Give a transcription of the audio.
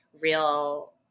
real